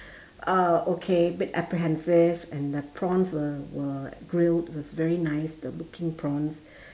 uh okay bit apprehensive and the prawns were were grilled with very nice the looking prawns